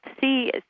see